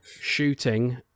shooting